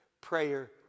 Prayer